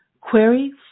Query